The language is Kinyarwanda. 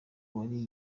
wariye